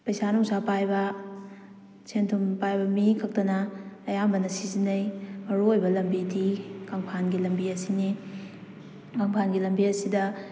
ꯄꯩꯁꯥ ꯅꯨꯡꯁꯥ ꯄꯥꯏꯕ ꯁꯦꯟ ꯊꯨꯝ ꯄꯥꯏꯕ ꯃꯤ ꯈꯛꯇꯅ ꯑꯌꯥꯝꯕꯅ ꯁꯤꯖꯤꯟꯅꯩ ꯃꯔꯨ ꯑꯣꯏꯕ ꯂꯝꯕꯤꯗꯤ ꯀꯪꯐꯥꯜꯒꯤ ꯂꯝꯕꯤ ꯑꯁꯤꯅꯤ ꯀꯪꯐꯥꯟꯒꯤ ꯂꯝꯕꯤ ꯑꯁꯤꯗ